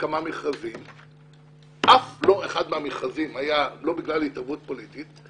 כמה מכרזים, אף לא אחד היה בגלל התערבות פוליטית.